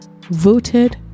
voted